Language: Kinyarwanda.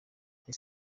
muri